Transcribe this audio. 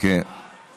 קצת